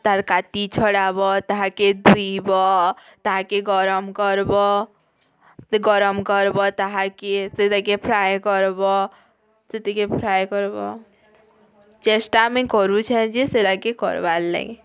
ତା'ର୍ କାତି ଛଡ଼ାବ ତାହାକେ ଧୁଇବ ତାହାକେ ଗରମ୍ କର୍ବ ଗରମ୍ କର୍ବ ତାହାକେ ସେଟାକେ ଫ୍ରାଏ କର୍ବ ସେତିକି ଫ୍ରାଏ କର୍ବ ଚେଷ୍ଟା ଆମେ କରୁଛେଁ ଯେ ସେଟାକେ କର୍ବାର୍ ଲାଗି